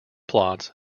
plots